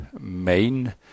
main